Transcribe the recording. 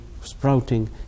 sprouting